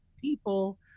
People